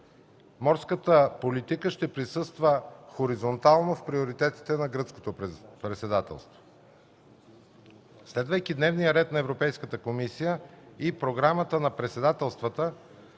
морската политика ще присъства хоризонтално в приоритета на Гръцкото председателство. Следвайки дневния ред на Европейската комисия и Програмата на председателствата